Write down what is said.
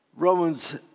Romans